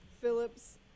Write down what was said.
Phillips